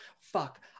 fuck